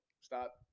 Stop